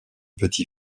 petit